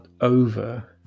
over